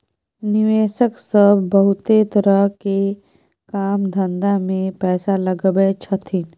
निवेशक सब बहुते तरह के काम धंधा में पैसा लगबै छथिन